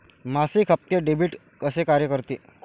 मासिक हप्ते, डेबिट कसे कार्य करते